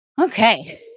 Okay